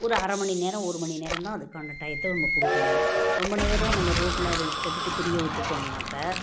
ஒரு அரை மணி நேரம் ஒரு மணி நேரம் தான் அதுக்கான டையத்தை நம்ம கொடுக்கணும் ரொம்ப நேரம் நம்ம ரோட்டில் அதை இஷ்டத்துக்கு திரிய விட்டுவிட்டோம்னாக்கா